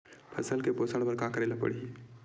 फसल के पोषण बर का करेला पढ़ही?